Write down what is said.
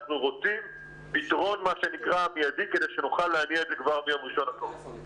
אנחנו רוצים פתרון מיידי כדי שנוכל להניע את זה כבר ביום ראשון הקרוב.